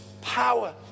power